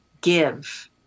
give